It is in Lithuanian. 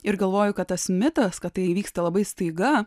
ir galvoju kad tas mitas kad tai įvyksta labai staiga